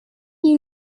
you